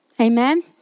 Amen